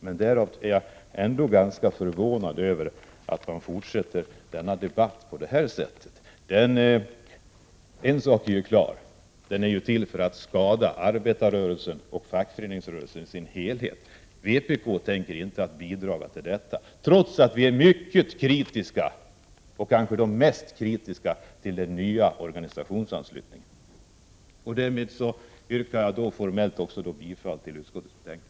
Men jag är förvånad över att man fortsätter debatten på detta sätt. En sak är klar, nämligen att man är ute efter att skada arbetarrörelsen och fackföreningsrörelsen i sin helhet. Vpk tänker inte bidra till det, trots att vi är mycket kritiska — kanske mest av alla — till den nya organisationsanslutningen. Därmed yrkar jag formellt bifall till utskottets hemställan.